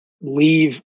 leave